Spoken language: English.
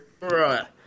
right